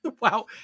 wow